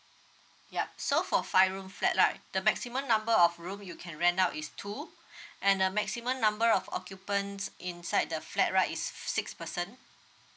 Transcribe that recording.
yup so for five room flat right the maximum number of room you can rent out is two and the maximum number of occupants inside the flat right is six person